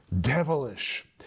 devilish